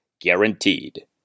Guaranteed